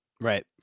right